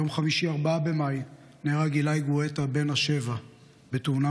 ביום חמישי 4 במאי נהרג עילאי גואטה בן השבע בתאונה